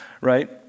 Right